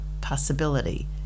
possibility